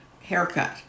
haircut